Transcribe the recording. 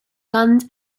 guns